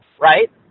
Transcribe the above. right